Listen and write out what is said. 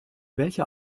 welcher